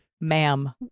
ma'am